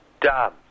done